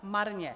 Marně!